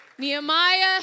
Nehemiah